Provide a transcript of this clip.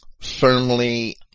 firmly